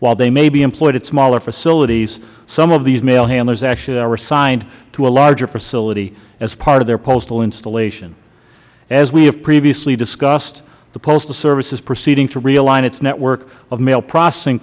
while they may be employed at smaller facilities some of these mail handlers actually are assigned to a larger facility as part of their postal installation as we have previously discussed the postal service is proceeding to realign its network of mail processing